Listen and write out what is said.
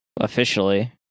Officially